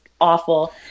awful